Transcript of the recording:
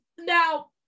Now